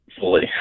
fully